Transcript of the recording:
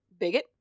bigot